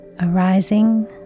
arising